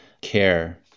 care